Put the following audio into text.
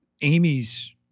Amy's